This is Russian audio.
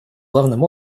главным